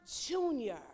Junior